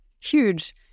huge